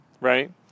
right